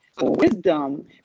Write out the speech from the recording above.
Wisdom